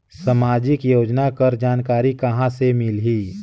समाजिक योजना कर जानकारी कहाँ से मिलही?